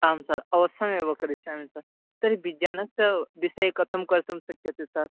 आं सर् अवश्यामेव करिष्यामि सर् तर्हि विज्ञानस्य विषये कथं कर्तुं शक्यते सर्